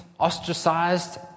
ostracized